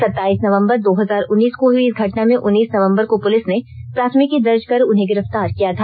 सताईस नवम्बर दो हजार उन्नीस को हुई इस घटना में उन्नीस नवम्बर को पुलिस ने प्राथमिकी दर्ज कर उन्हें गिरफ्तार किया था